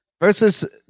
versus